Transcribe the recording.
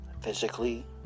physically